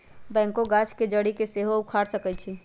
backhoe गाछ के जड़ी के सेहो उखाड़ सकइ छै